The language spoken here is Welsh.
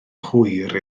hwyr